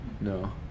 No